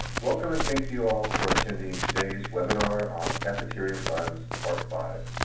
welcome and thank you all for attending today's webinar on cafeteria funds, part five.